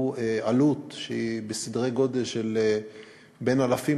זו עלות שהיא בסדרי גודל של בין אלפים